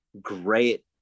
great